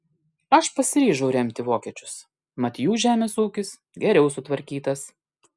aš pasiryžau remti vokiečius mat jų žemės ūkis geriau sutvarkytas